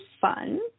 fun